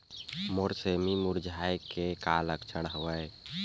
मोर सेमी मुरझाये के का लक्षण हवय?